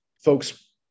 folks